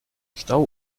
stau